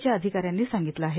च्या अधिका यांनी सांगितलं आहे